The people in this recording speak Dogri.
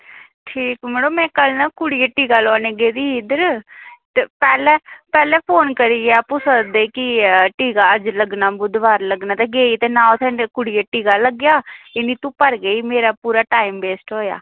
ते ठीक मड़ो में कल्ल ना कल्ल टीका लोआने गी गेदी ही इद्धर ते पैह्लें फोन आपूं करदे कि आं टीका लग्गना ते गेई ते नां गै कुड़ियै गी टीका लग्गेआ इन्नी घुप्पा र गेई ते मेरा पूरा टाईम वेस्ट होआ